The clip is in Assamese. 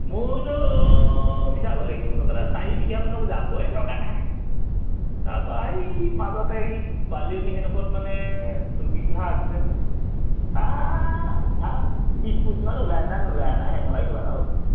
মোৰতো মিছা চাৰি বিঘা মানেকো যাবই দৰকাৰ নাই এই মাজতে এই বালিনী মানে দুবিঘা আছিলে নহয় তাত ধান বিছ মুঠিমান ওলায় নে নোলায় নে